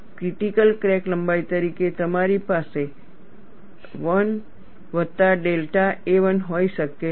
critical crack લંબાઈ તરીકે તમારી પાસે 1 વત્તા ડેલ્ટા a 1 હોઈ શકે નહીં